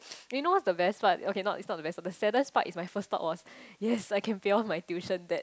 do you know what's the best one okay it's not not the best the other part is my first thought was yes I can pay off my tuition debt